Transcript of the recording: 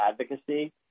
advocacy